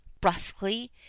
brusquely